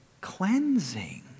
Cleansing